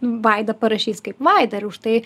vaida parašys kaip vaida ir už tai